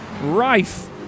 rife